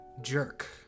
jerk